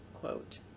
quote